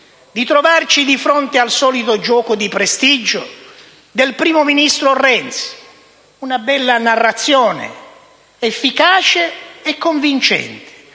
di trovarci di fronte al solito gioco di prestigio del primo ministro Renzi: una bella narrazione, efficace e convincente,